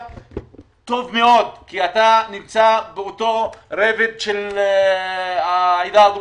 טוב מאוד כי אתה נמצא באותו רובד של העדה הדרוזית.